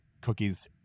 cookies